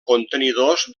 contenidors